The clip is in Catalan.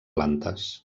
plantes